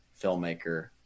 filmmaker